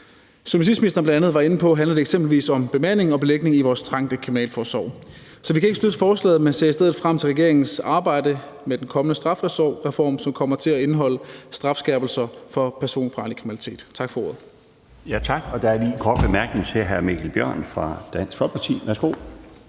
Som justitsministeren bl.a. var inde på, handler det eksempelvis om bemanding og belægning i vores trængte kriminalforsorg. Så vi kan ikke støtte forslaget, men ser i stedet frem til regeringens arbejde med den kommende strafreform, som kommer til at indeholde strafskærpelser for personfarlig kriminalitet. Tak for ordet.